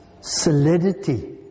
solidity